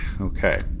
Okay